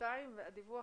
והדיווח